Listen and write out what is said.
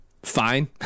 Fine